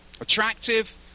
attractive